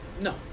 No